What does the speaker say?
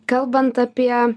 kalbant apie